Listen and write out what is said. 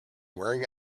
wearing